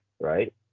right